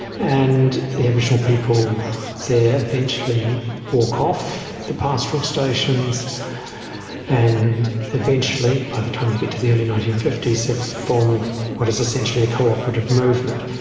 and the aboriginal people there eventually walk off the pastoral stations and eventually, by the time you get to the early nineteen fifty s, have formed what is essentially a cooperative movement.